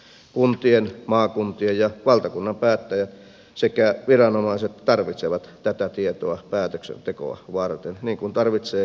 kuntien maakuntien ja valtakunnan päättäjät sekä viranomaiset tarvitsevat tätä tietoa päätöksentekoa varten niin kuin tarvitsee eduskuntakin